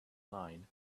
line